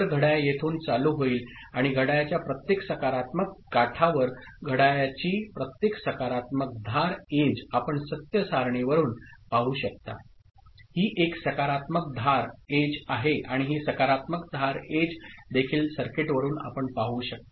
तर घड्याळ येथून चालू होईल आणि घड्याळाच्या प्रत्येक सकारात्मक काठावरघड्याळाची प्रत्येक सकारात्मक धार एज आपण सत्य सारणीवरून पाहू शकता ही एक सकारात्मक धार एज आहे आणि ही सकारात्मक धार एज देखील सर्किटवरून आपण पाहू शकता